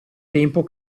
tempo